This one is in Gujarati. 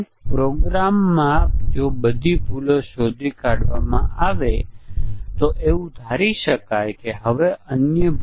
આપણે અહીં તે જ વાત લખી છે જે આપણે કહી રહ્યા છીએ કે જો તમે મોટા ધડાકાનું ટેસ્ટીંગ કરી રહ્યા હોવ તો તે ખૂબ જ મુશ્કેલ બની જાય છે